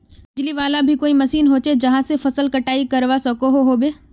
बिजली वाला भी कोई मशीन होचे जहा से फसल कटाई करवा सकोहो होबे?